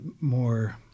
more